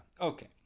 Okay